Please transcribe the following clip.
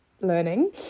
learning